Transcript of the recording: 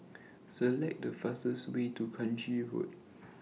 Select The fastest Way to Kranji Road